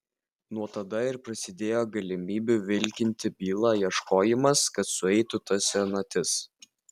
nuo tada ir prasidėjo galimybių vilkinti bylą ieškojimas kad sueitų ta senatis